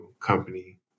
company